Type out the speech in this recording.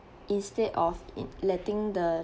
instead of in~ letting the